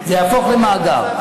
זה יהפוך למאגר.